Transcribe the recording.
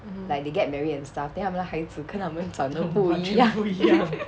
like they get married and stuff then 他们的孩子跟他们长得不一样